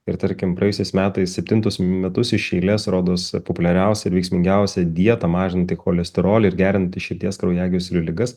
ir tarkim praėjusiais metais septintus metus iš eilės rodos populiariausia veiksmingiausia dieta mažinti cholesterolį ir gerinti širdies kraujagyslių ligas